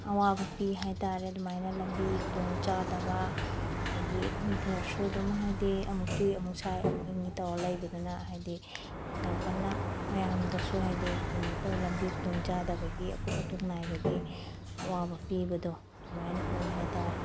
ꯑꯋꯥꯕ ꯄꯤ ꯍꯥꯏꯇꯥꯔꯦ ꯑꯗꯨꯃꯥꯏꯅ ꯂꯝꯕꯤ ꯈꯨꯗꯣꯡ ꯆꯥꯗꯕ ꯑꯗꯒꯤ ꯋꯦꯗꯔꯁꯨ ꯑꯗꯨꯝ ꯍꯥꯏꯗꯤ ꯑꯃꯨꯛ ꯆꯨꯏ ꯑꯃꯨꯛ ꯁꯥꯏ ꯑꯃꯨꯛ ꯏꯪꯉꯤ ꯇꯧꯔ ꯂꯩꯕꯗꯨꯅ ꯍꯥꯏꯗꯤ ꯌꯥꯝ ꯀꯟꯅ ꯃꯌꯥꯝꯗꯁꯨ ꯍꯥꯏꯗꯤ ꯀꯩꯅꯣꯇꯧ ꯂꯝꯕꯤ ꯈꯨꯗꯣꯡ ꯆꯥꯗꯕꯒꯤ ꯑꯀꯨꯠ ꯑꯇꯣꯡ ꯅꯥꯏꯕꯒꯤ ꯑꯋꯥꯕ ꯄꯤꯕꯗꯣ ꯑꯗꯨꯃꯥꯏꯅ ꯑꯣꯏ ꯍꯥꯏꯇꯥꯔꯦ